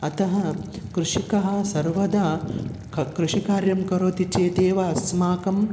अतः कृषिकः सर्वदा क कृषिकार्यं करोति चेत् एव अस्माकं